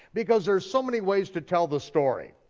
because there's so many ways to tell the story.